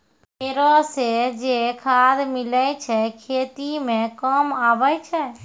भेड़ो से जे खाद मिलै छै खेती मे काम आबै छै